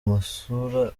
amasura